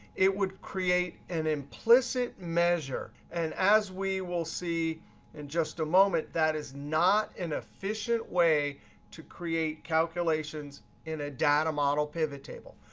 it would create an implicit measure. and as we will see in just a moment, that is not an efficient way to create calculations in a data model pivot table.